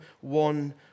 one